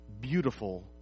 beautiful